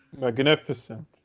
magnificent